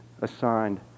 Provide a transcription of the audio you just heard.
assigned